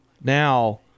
Now